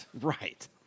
Right